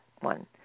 one